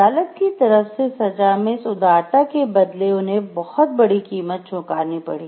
अदालत की तरफ से सजा में इस उदारता के बदले उन्हें बहुत बड़ी कीमत चुकानी पडी